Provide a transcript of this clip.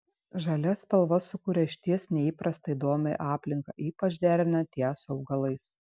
žalia spalva sukuria išties neįprastą įdomią aplinką ypač derinant ją su augalais